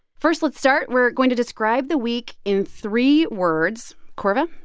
first, let's start. we're going to describe the week in three words. korva,